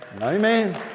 Amen